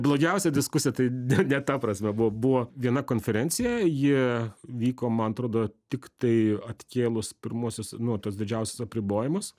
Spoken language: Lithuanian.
blogiausia diskusija tai ne ta prasme buvo buvo viena konferencija ji vyko man atrodo tiktai atkėlus pirmuosius nu tuos didžiausius apribojimus